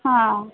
हां